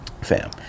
fam